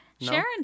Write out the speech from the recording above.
Sharon